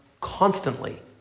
constantly